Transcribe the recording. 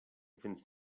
więc